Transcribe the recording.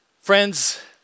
Friends